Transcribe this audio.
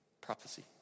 Prophecy